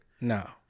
No